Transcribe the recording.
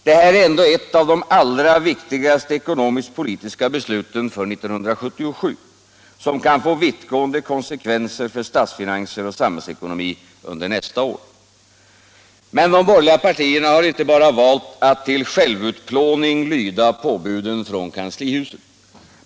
Det här är ändå ett av de allra viktigaste ekonomiskt-politiska besluten för 1977, som kan få vittgående konsekvenser för statsfinanser och samhällsekonomi under nästa år. Men de borgerliga partierna har inte bara valt att till självutplåning lyda påbuden från kanslihuset.